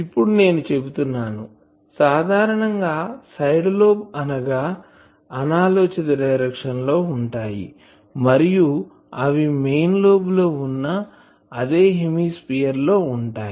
ఇప్పుడు నేను చెప్తున్నాను సాధారణం గా సైడ్ లోబ్ అనగా అనాలోచిత డైరెక్షన్ లో ఉంటాయి మరియు అవి మెయిన్ లోబ్ ఉన్న అదే హెమ్మిస్పియర్ లో ఉంటాయి